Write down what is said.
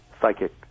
psychic